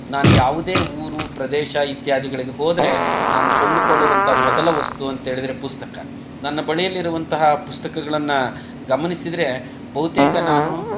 ನಾನು ಯಾವುದೇ ಊರು ಪ್ರದೇಶ ಇತ್ಯಾದಿಗಳಿಗೆ ಹೋದರೆ ನಾನು ಕೊಂಡ್ಕೊಳ್ಳುವಂಥ ಮೊದಲ ವಸ್ತು ಅಂತ ಹೇಳಿದ್ರೆ ಪುಸ್ತಕ ನನ್ನ ಬಳಿಯಲ್ಲಿರುವಂತಹ ಪುಸ್ತಕಗಳನ್ನು ಗಮನಿಸಿದರೆ ಬಹುತೇಕ ನಾನು